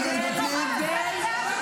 באיזו זכות אתם שותקים כשהיא מדברת?